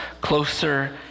closer